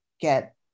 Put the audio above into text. get